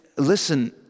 listen